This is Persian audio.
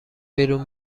بیرون